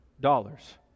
dollars